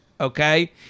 okay